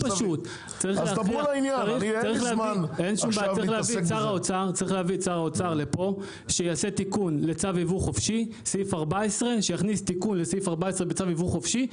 צריך להביא את שר האוצר לפה כדי שיכניס תיקון לסעיף 14 בצו ייבוא חופשי.